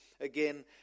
again